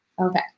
Okay